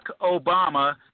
Obama